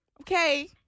Okay